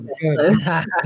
good